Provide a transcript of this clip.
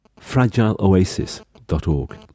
fragileoasis.org